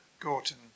Gorton